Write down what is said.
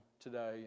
today